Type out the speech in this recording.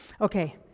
Okay